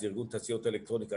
שזה ארגון תעשיות האלקטרוניקה,